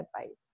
advice